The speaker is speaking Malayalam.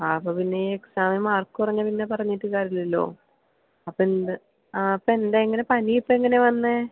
ആ അപ്പോൾ പിന്നെ എക്സാമിന് മാർക്ക് കുറഞ്ഞാൽ പിന്നെ പറഞ്ഞിട്ട് കാര്യമില്ലല്ലോ അപ്പം എന്താണ് ആ അപ്പം എന്താണ് എങ്ങനെ പനി ഇപ്പോൾ എങ്ങനെയാണ് വന്നത്